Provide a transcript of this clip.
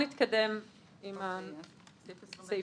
בסעיף 21(ב)